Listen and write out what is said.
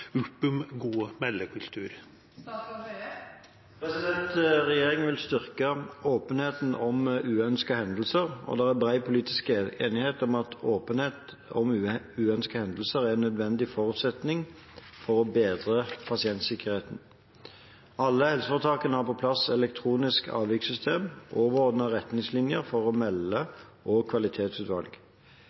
Regjeringen vil styrke åpenheten om uønskede hendelser. Det er bred politisk enighet om at åpenhet om uønskede hendelser er en nødvendig forutsetning for å bedre pasientsikkerheten. Alle helseforetakene har på plass elektroniske avvikssystem, overordnede retningslinjer for å melde og kvalitetsutvalg.